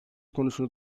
konusunu